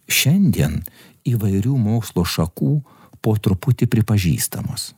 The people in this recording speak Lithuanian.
šiandien įvairių mokslo šakų po truputį pripažįstamos